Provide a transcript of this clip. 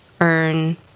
earn